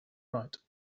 right